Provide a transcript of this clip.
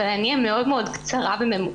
אבל אני אהיה מאוד מאוד קצרה וממוקדת.